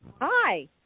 Hi